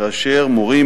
כאשר מורים,